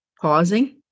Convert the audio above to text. pausing